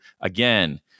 again